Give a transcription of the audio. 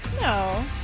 No